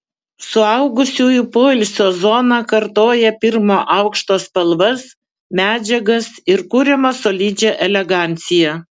suaugusiųjų poilsio zona kartoja pirmo aukšto spalvas medžiagas ir kuriamą solidžią eleganciją